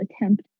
attempt